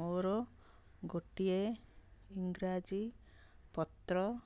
ମୋର ଗୋଟିଏ ଇଂରାଜୀ ପତ୍ର